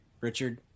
Richard